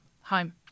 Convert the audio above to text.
Home